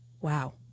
Wow